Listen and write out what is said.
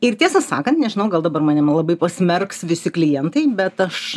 ir tiesą sakant nežinau gal dabar mane labai pasmerks visi klientai bet aš